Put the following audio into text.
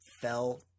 fell